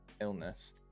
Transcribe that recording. illness